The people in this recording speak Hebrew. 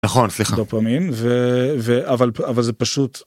נכון סליחה אבל אבל זה פשוט.